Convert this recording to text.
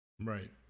Right